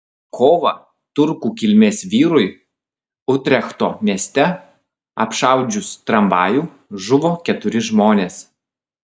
kovą turkų kilmės vyrui utrechto mieste apšaudžius tramvajų žuvo keturi žmonės